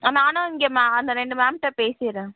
நானும் இங்கே மே அந்த ரெண்டு மேம்கிட்ட பேசிடுறேன்